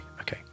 Okay